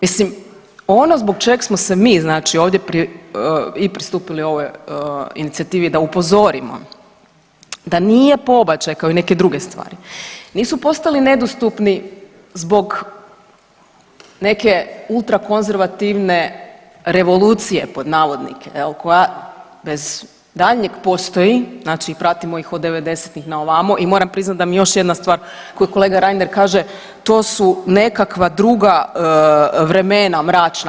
Mislim, ono zbog čeg smo se mi znači ovdje i pristupili ovoj inicijativi da upozorimo da nije pobačaj, kao i neke druge stvari, nisu postali nedostupni zbog neke ultrakonzervativne revolucije, pod navodnike, je li, koja bez daljnjeg postoji, znači pratimo ih od devedesetih na ovamo i moram priznat da mi još jedna stvar koju kolega Reiner kaže, to su nekakva druga vremena mračna.